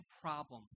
problem